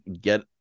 get